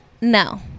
No